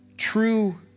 true